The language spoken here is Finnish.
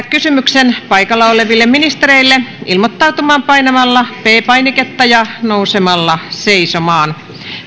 kysymyksen paikalla oleville ministereille ilmoittautumaan painamalla p painiketta ja nousemalla seisomaan